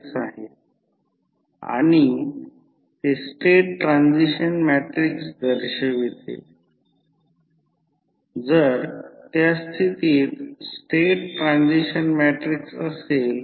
त्याचप्रमाणे येथे दिसेल तर येथे फक्त तेच असेल जर K त्यापेक्षा कमी असेल तर स्टेप अप ट्रान्सफॉर्मर असेल आणि जर K त्यापेक्षा मोठे असेल स्टेप डाउन ट्रान्सफॉर्मर असेल